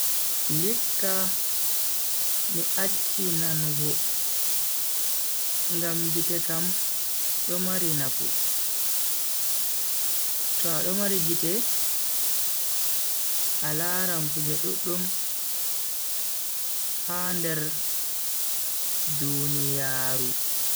Ndikka mi acchi nanugo. ngam gite kam do mari nafu, to ado mari gite a laran kuje duddum ha nder duniyaaru.